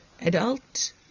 adult